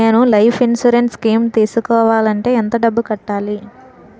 నేను life insurance scheme తీసుకోవాలంటే ఎంత డబ్బు కట్టాలి?